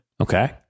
okay